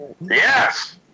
Yes